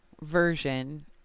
version